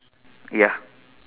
ya